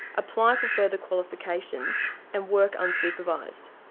apply for further qualifications and work unsupervised.